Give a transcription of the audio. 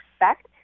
expect